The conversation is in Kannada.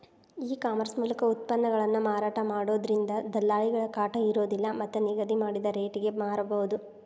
ಈ ಕಾಮರ್ಸ್ ಮೂಲಕ ಉತ್ಪನ್ನಗಳನ್ನ ಮಾರಾಟ ಮಾಡೋದ್ರಿಂದ ದಲ್ಲಾಳಿಗಳ ಕಾಟ ಇರೋದಿಲ್ಲ ಮತ್ತ್ ನಿಗದಿ ಮಾಡಿದ ರಟೇಗೆ ಮಾರಬೋದು